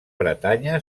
bretanya